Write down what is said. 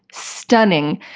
stunning.